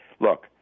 look